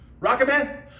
Rocketman